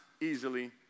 easily